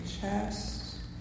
chest